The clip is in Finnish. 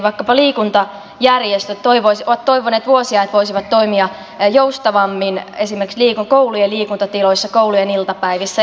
vaikkapa liikuntajärjestöt ovat toivoneet vuosia että voisivat toimia joustavammin esimerkiksi koulujen liikuntatiloissa koulujen iltapäivissä